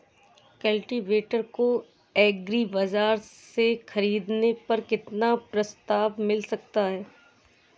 Cultivator को agri बाजार से ख़रीदने पर कितना प्रस्ताव मिल सकता है?